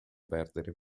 perdere